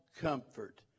comfort